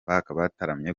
bataramye